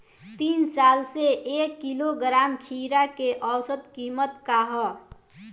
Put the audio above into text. तीन साल से एक किलोग्राम खीरा के औसत किमत का ह?